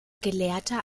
gelehrter